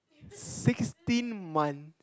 sixteen months